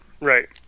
Right